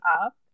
up